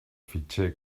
fitxer